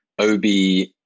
OB